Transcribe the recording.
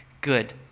good